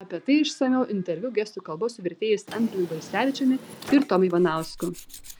apie tai išsamiau interviu gestų kalba su vertėjais andriumi barisevičiumi ir tomu ivanausku